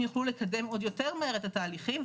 יוכלו לקדם עוד יותר מהר את התהליכים.